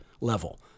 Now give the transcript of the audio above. level